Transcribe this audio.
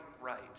right